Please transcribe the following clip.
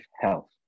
health